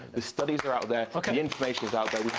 the studies are out there, like ah the information is out there,